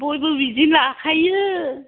बयबो बिदि लाखायो